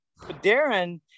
Darren